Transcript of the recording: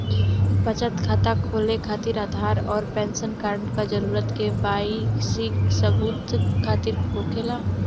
बचत खाता खोले खातिर आधार और पैनकार्ड क जरूरत के वाइ सी सबूत खातिर होवेला